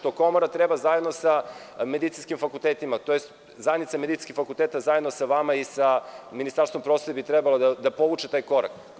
To Komora treba zajedno sa medicinskim fakultetima, tj. Zajednica medicinskih fakulteta zajedno sa vama i sa Ministarstvom prosto bi trebalo da povuče taj korak.